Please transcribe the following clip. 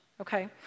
okay